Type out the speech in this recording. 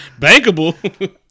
bankable